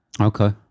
Okay